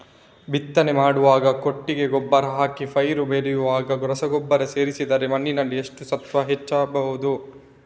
ಬಿತ್ತನೆ ಮಾಡುವಾಗ ಕೊಟ್ಟಿಗೆ ಗೊಬ್ಬರ ಹಾಕಿ ಪೈರು ಬೆಳೆಯುವಾಗ ರಸಗೊಬ್ಬರ ಸೇರಿಸಿದರೆ ಮಣ್ಣಿನಲ್ಲಿ ಎಷ್ಟು ಸತ್ವ ಹೆಚ್ಚಬಹುದು?